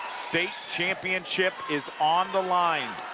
state championship is on the line.